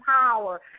power